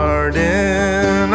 Garden